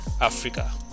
Africa